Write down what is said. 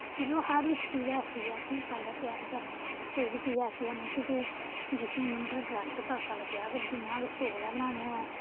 मतलब हर इक चीज ऐसी ऐ कि पैह्ले त्यारी करने पौंदी कोई बी चीज ऐसी ऐनी ऐ कि जो जुसी इ'यां मतलब डिरेक्ट तड़का लग्गी जाह्ग जि'यां अगर चौल गै बनाने होऐ